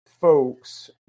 folks